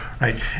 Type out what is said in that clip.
right